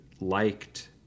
liked